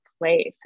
place